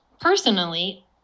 personally